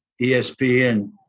ESPN